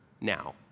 now